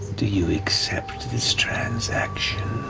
do you accept this transaction?